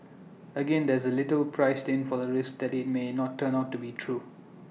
again there is little priced in for the risk that IT may not turn out to be true